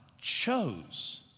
chose